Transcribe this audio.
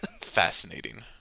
Fascinating